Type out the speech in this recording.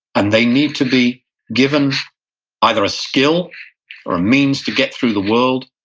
and they need to be given either a skill or a means to get through the world,